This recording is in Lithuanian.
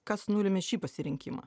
kas nulėmė šį pasirinkimą